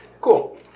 Cool